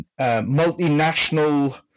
multinational